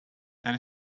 there